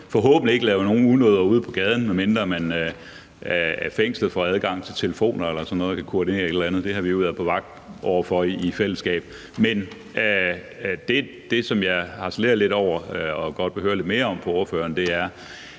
forhåbentlig ikke lave nogen unoder ude på gaden, medmindre man af fængslet får adgang til telefoner eller sådan noget og på den måde kan koordinere et eller andet. Det har vi jo været på vagt over for i fællesskab. Men det, som jeg harcelerer lidt over og godt vil høre ordføreren lidt mere